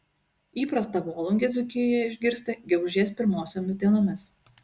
įprasta volungę dzūkijoje išgirsti gegužės pirmosiomis dienomis